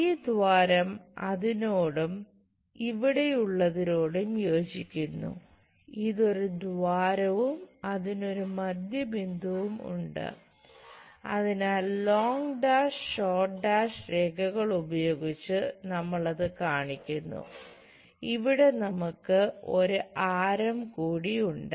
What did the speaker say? ഈ ദ്വാരം അതിനോടും ഇവിടെയുള്ളതിനോടും യോജിക്കുന്നു ഇത് ഒരു ദ്വാരവും അതിനൊരു മധ്യ ബിന്ദുവും ഉണ്ട് അതിനാൽ ലോംഗ് ഡാഷ് രേഖകൾ ഉപയോഗിച്ച് നമ്മൾ അത് കാണിക്കുന്നു ഇവിടെ നമുക്ക് ഒരു ആരം കൂടി ഉണ്ട്